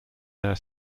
their